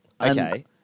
Okay